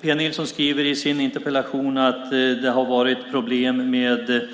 Pia Nilsson skriver i sin interpellation att det har varit problem med